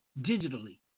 digitally